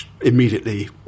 immediately